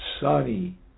sunny